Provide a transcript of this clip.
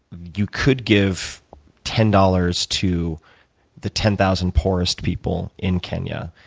you could give ten dollars to the ten thousand poorest people in kenya,